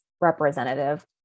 representative